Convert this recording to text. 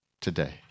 today